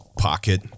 pocket